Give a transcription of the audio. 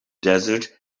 desert